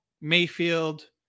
Mayfield